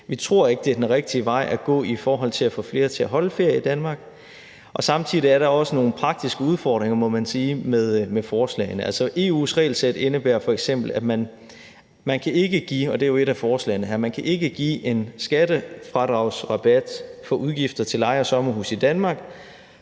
Vi tror ikke, at det er den rigtige vej at gå i forhold til at få flere til at holde ferie i Danmark, og samtidig må man også sige, at der er nogle praktiske udfordringer med forslagene. EU's regelsæt indebærer f.eks., at man ikke – og det er jo et af forslagene her – kan give en skatterabat for udgifter til leje af sommerhuse i Danmark